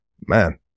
man